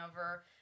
over